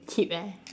cheap eh